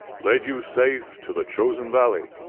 led you safe to the chosen valley,